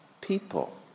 people